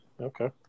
Okay